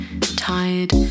tired